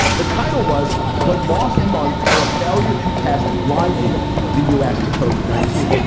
the title was the lost month how a failure to test blinded the u s. to cover nineteen.